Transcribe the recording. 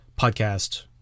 podcast